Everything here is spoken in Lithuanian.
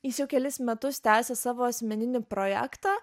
jis jau kelis metus tęsia savo asmeninį projektą